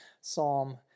Psalm